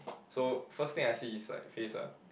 so first thing I see is like face lah